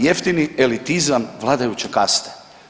Jeftini elitizam vladajuće kaste.